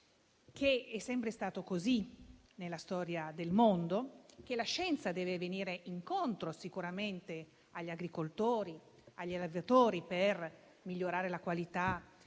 è sempre stato così nella storia del mondo; che la scienza deve venire incontro agli agricoltori, agli allevatori, per migliorare la qualità